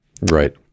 right